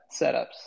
setups